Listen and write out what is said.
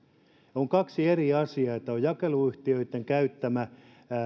on kaksi eri asiaa kun on jakeluyhtiöitten käyttämä